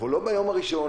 אנחנו לא ביום הראשון,